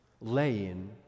laying